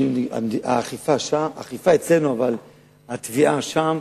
האכיפה אצלנו, אבל התביעה שם,